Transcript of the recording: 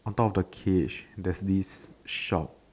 on top of the cage there's this shop